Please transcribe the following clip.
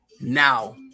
Now